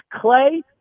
Clay